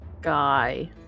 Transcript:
guy